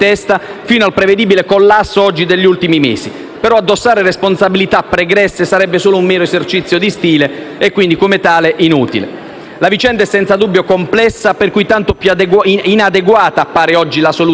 fino al prevedibile collasso degli ultimi mesi. Addossare però responsabilità pregresse sarebbe solo un mero esercizio di stile e quindi, come tale, inutile. La vicenda è senza dubbio complessa, per cui tanto più inadeguata appare oggi la soluzione